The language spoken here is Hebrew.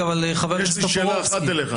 יש לי שאלה אחת אליך.